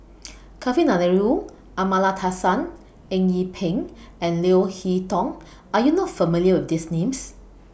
Kavignareru Amallathasan Eng Yee Peng and Leo Hee Tong Are YOU not familiar with These Names